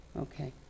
Okay